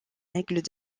aigle